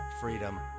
freedom